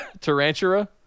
Tarantula